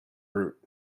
root